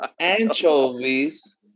Anchovies